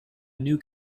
new